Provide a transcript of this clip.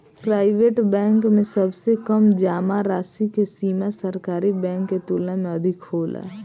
private bank में सबसे कम जामा राशि के सीमा सरकारी बैंक के तुलना में अधिक होला